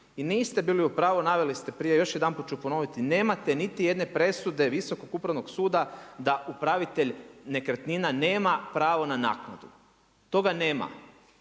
I niste bili u pravu naveli ste prije još jedanput ću ponoviti, nemate niti jedne presude Visokog upravnog suda da upravitelj nekretnina nema pravo na naknadu, toga nema